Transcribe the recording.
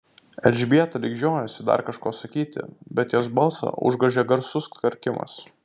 elžbieta lyg žiojosi dar kažko sakyti bet jos balsą užgožė garsus karkimas